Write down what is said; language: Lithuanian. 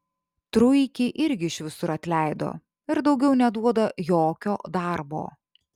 truikį irgi iš visur atleido ir daugiau neduoda jokio darbo